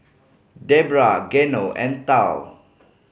Debrah Geno and Tal